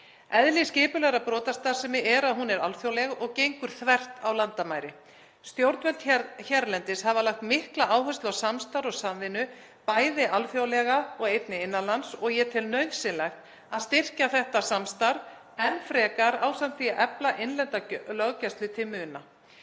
Eðli skipulagðrar brotastarfsemi er að hún er alþjóðleg og gengur þvert á landamæri. Stjórnvöld hérlendis hafa lagt mikla áherslu á samstarf og samvinnu, bæði alþjóðlega og innan lands, og ég tel nauðsynlegt að styrkja þetta samstarf enn frekar ásamt því að efla innlenda löggæslu til muna.